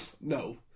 No